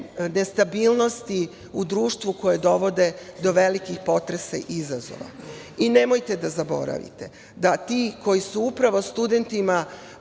nestabilnosti u društvu koje dovode do velikih potresa i izazova. Nemojte da zaboravite da ti koji su upravo studentima